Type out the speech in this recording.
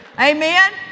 Amen